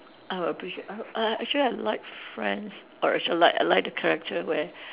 I will appreciate uh uh actually I like friends or actually I like I like the character where